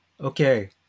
Okay